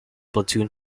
platoon